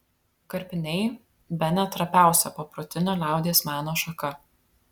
karpiniai bene trapiausia paprotinio liaudies meno šaka